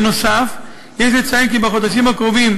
בנוסף, יש לציין כי בחודשים הקרובים,